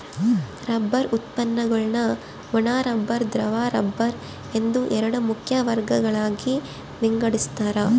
rubber ಉತ್ಪನ್ನಗುಳ್ನ ಒಣ rubber ದ್ರವ ರಬ್ಬರ್ ಎಂದು ಎರಡು ಮುಖ್ಯ ವರ್ಗಗಳಾಗಿ ವಿಂಗಡಿಸ್ತಾರ